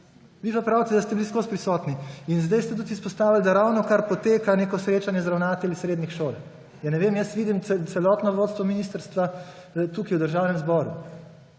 vi pa pravite, da ste bili vseskozi prisotni. In zdaj ste tudi izpostavili, da ravnokar poteka neko srečanje z ravnatelji srednjih šol. Ne vem, jaz vidim celotno vodstvo ministrstva tukaj v Državnem zboru,